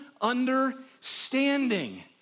understanding